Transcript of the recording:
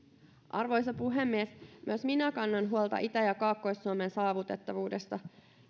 arvoisa puhemies myös minä kannan huolta itä ja kaakkois suomen saavutettavuudesta